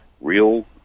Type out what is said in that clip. real